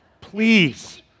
please